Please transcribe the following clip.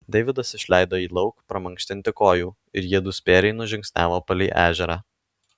deividas išleido jį lauk pramankštinti kojų ir jiedu spėriai nužingsniavo palei ežerą